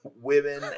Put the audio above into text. women